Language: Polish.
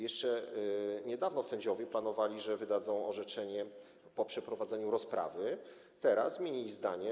Jeszcze niedawno sędziowie planowali, że wydadzą orzeczenie po przeprowadzeniu rozprawy, teraz zmienili zdanie.